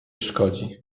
szkodzi